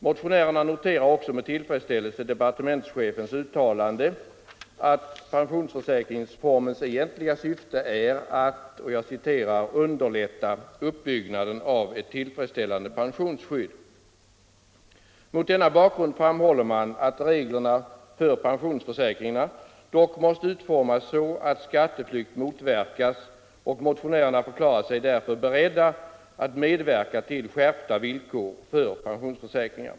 Motionärerna noterar också med tillfredsställelse departementschefens uttalande att pensionsförsäkringsformens egentliga syfte är att ”underlätta uppbyggnaden av ett tillfredsställande pensionsskydd”. Mot denna bakgrund framhåller man i motionen att reglerna för pensionsförsäkringarna dock måste utformas så, att skatteflykt motverkas, och motionärerna förklarar sig därför beredda att medverka till skärpta villkor för pensionsförsäkringar.